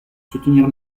soutenir